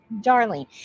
darling